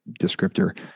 descriptor